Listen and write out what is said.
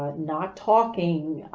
not talking,